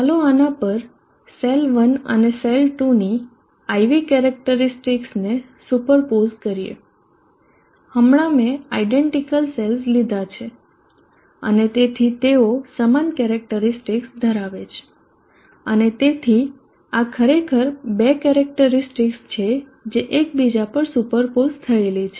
ચાલો આના પર સેલ 1 અને સેલ 2 ની IV કેરેક્ટરીસ્ટિકસને સુપરપોઝ કરીએ હમણાં મે આયડેન્ટીકલ સેલ્સ લીધા છે અને તેથી તેઓ સમાન કેરેક્ટરીસ્ટિકસ ધરાવે છે અને તેથી આ ખરેખર બે કેરેક્ટરીસ્ટિકસ છે જે એકબીજા પર સુપરપોઝ થયેલી છે